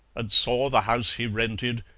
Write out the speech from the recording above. and saw the house he rented,